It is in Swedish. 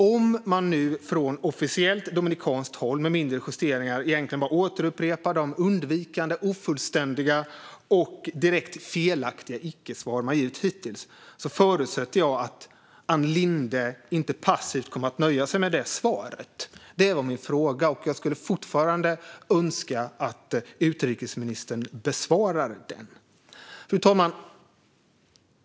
Om man nu från officiellt dominikanskt håll med mindre justeringar egentligen bara återupprepar de undvikande, ofullständiga och direkt felaktiga icke-svar man har givit hittills förutsätter jag att Ann Linde inte passivt kommer att nöja sig med det svaret. Det var min fråga. Jag skulle fortfarande önska att utrikesministern besvarar den. Fru talman!